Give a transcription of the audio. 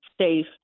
safe